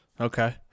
Okay